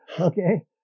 Okay